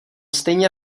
stejně